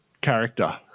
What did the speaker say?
character